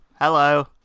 Hello